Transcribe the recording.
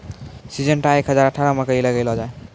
Syngenta एक हजार अठारह मकई लगैलो जाय?